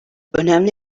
önemli